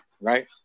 right